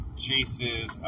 Chase's